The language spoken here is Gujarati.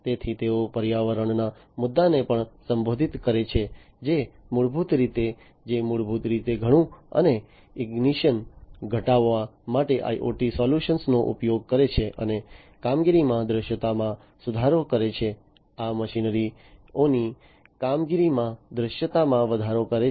તેથી તેઓ પર્યાવરણના મુદ્દાને પણ સંબોધિત કરે છે જે મૂળભૂત રીતે જે મૂળભૂત રીતે ધૂળ અને ઇગ્નીશન ઘટાડવા માટે iot સોલ્યુશન્સનો ઉપયોગ કરે છે અને કામગીરીમાં દૃશ્યતામાં સુધારો કરે છે આ મશીનરી ઓની કામગીરીમાં દૃશ્યતામાં વધારો કરે છે